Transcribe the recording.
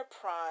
prime